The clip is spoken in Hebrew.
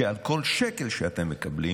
שעל כל שקל שאתם מקבלים